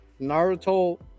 Naruto